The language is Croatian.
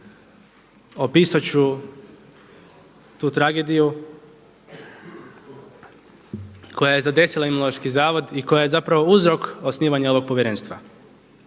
opisat ću tu tragediju koja je zadesila Imunološki zavod i koja je uzrok osnivanja ovog povjerenstva.